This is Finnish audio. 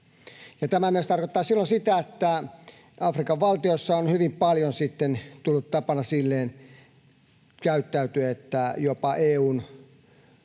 Tämä myös tarkoittaa silloin sitä, että Afrikan valtioissa on hyvin paljon sitten tullut tavaksi käyttäytyä siten, että jopa EU:n